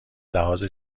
لحاظ